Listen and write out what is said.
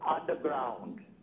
underground